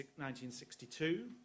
1962